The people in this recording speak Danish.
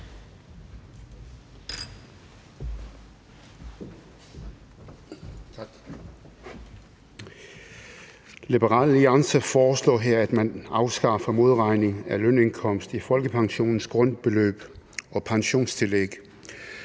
Liberal Alliance foreslår her, at man afskaffer modregningen af lønindkomst i folkepensionens grundbeløb og pensionstillæg.